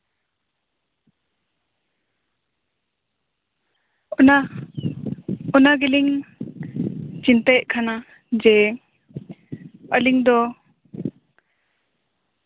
ᱚᱱᱟ ᱚᱱᱟ ᱜᱮᱞᱤᱧ ᱪᱤᱱᱛᱟᱹᱭᱮᱫ ᱠᱟᱱᱟ ᱡᱮ ᱟᱹᱞᱤᱧ ᱫᱚ